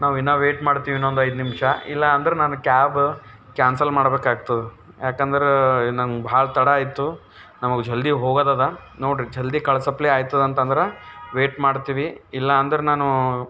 ನಾವು ಇನ್ನೂ ವೆಯ್ಟ್ ಮಾಡ್ತೀವಿ ಇನ್ನೊಂದು ಐದು ನಿಮಿಷ ಇಲ್ಲ ಅಂದ್ರೆ ನಾನು ಕ್ಯಾಬ್ ಕ್ಯಾನ್ಸಲ್ ಮಾಡ್ಬೇಕಾಗ್ತದ ಏಕೆಂದ್ರೆ ನಂಗೆ ಭಾಳ ತಡ ಆಯಿತು ನಮಗೆ ಜಲ್ದಿ ಹೋಗೋದಿದೆ ನೋಡಿರಿ ಜಲ್ದಿ ಕಳಸಪ್ಲೈ ಆಯ್ತದಂತಂದ್ರೆ ವೆಯ್ಟ್ ಮಾಡ್ತೀವಿ ಇಲ್ಲ ಅಂದ್ರೆ ನಾನು